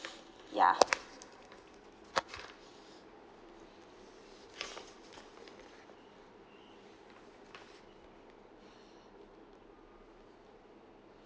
ya